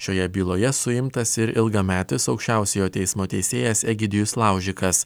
šioje byloje suimtas ir ilgametis aukščiausiojo teismo teisėjas egidijus laužikas